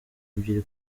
ebyiri